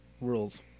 rules